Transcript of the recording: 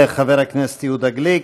תודה לחבר הכנסת יהודה גליק.